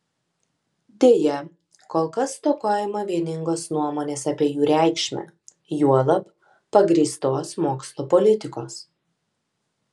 deja kol kas stokojama vieningos nuomonės apie jų reikšmę juolab pagrįstos mokslo politikos